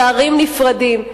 שערים נפרדים,